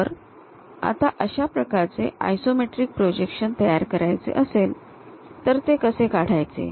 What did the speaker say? तर आता अशा प्रकारचे आयसोमेट्रिक प्रोजेक्शन तयार करायचे असेल तर ते कसे काढायचे